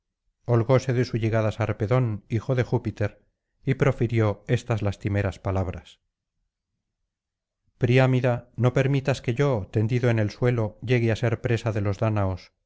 holgóse de su llegada sarpedón hiji de júpiter y profirió estas lastimeras palabras primi no permitas que yo tendido en el suelo llegue á ser presa de los dáñaos